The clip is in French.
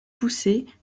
poussées